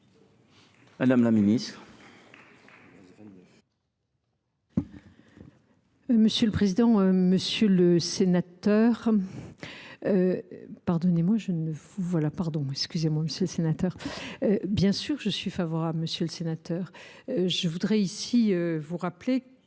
Madame la ministre,